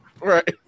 Right